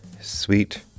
sweet